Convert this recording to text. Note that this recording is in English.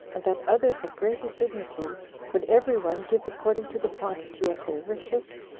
and that others of greater dignity would every one give according to the quantity of their riches,